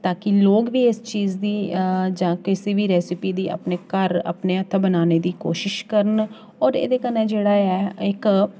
ताकि लोक बी इस चीज दी जां किसी बी रैस्पी दी अपने घर अपने हत्था बनाने दी कोशिश करन होर एह्दे कन्नै जेह्ड़ा ऐ इक